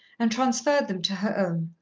and transferred them to her own,